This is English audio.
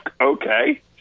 Okay